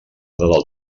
del